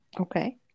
Okay